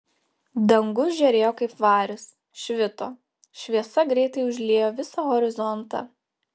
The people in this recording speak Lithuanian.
dangus žėrėjo kaip varis švito šviesa greitai užliejo visą horizontą